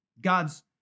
God's